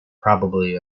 probably